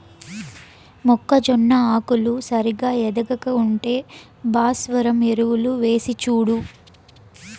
మొక్కజొన్న ఆకులు సరిగా ఎదగక ఉంటే భాస్వరం ఎరువులు వేసిచూడు